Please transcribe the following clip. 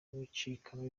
gucikamo